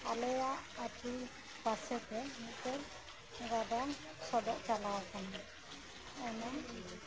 ᱟᱞᱮᱭᱟᱜ ᱟᱛᱩ ᱯᱟᱥᱮᱛᱮ ᱢᱤᱜᱴᱟᱱ ᱜᱟᱰᱟ ᱥᱚᱰᱚᱜ ᱪᱟᱞᱟᱣ ᱠᱟᱱᱟ ᱚᱱᱟ